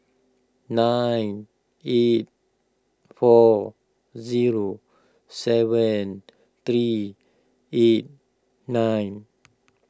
nine eight four zero seven three eight nine